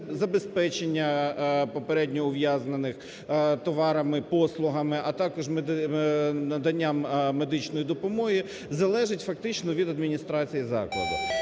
забезпечення попередньо ув'язнених товарами, послугами, а також надання медичної допомоги залежить фактично від адміністрації закладу.